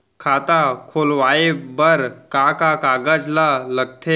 खाता खोलवाये बर का का कागज ल लगथे?